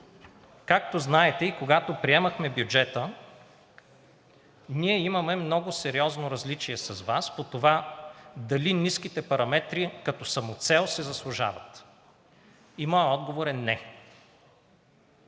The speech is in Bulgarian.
Както знаете и когато приемахме бюджета, ние имаме много сериозно различие с Вас по това дали ниските параметри като самоцел си заслужават. И моят отговор е – не.